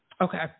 Okay